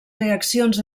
reaccions